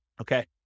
Okay